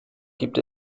gibt